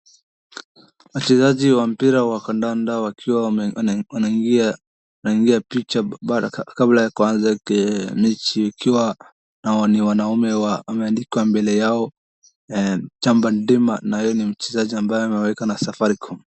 Wachezaji wa mpira wa kandanda wakiwa wanaingia picha kabla ya kuanza mechi wakiwa ni wanaume wameandikwa mbele yao chapadimba na hao ni wachezaji ambao wamewekwa na safaricom .